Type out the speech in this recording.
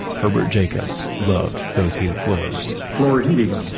herbert jacobs loved those heated floors floor heating,